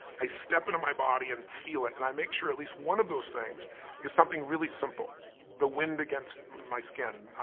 i step into my body and i feel it. and i make sure at least one of those things is something really simple the wind against my skin,